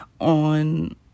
on